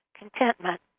Contentment